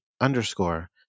underscore